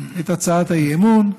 את הצעת האי-אמון.